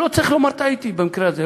לא צריך לומר "טעיתי" במקרה הזה,